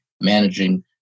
managing